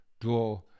draw